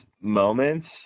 moments